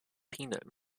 peanut